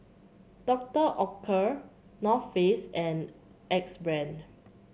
Doctor Oetker North Face and Axe Brand